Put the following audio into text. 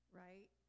right